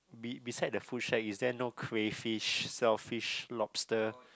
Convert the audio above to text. be beside the food shack is there no crayfish shellfish lobster